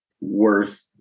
worth